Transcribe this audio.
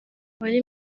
wari